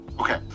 Okay